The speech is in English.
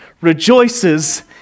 rejoices